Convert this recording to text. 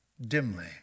dimly